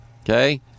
Okay